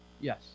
Yes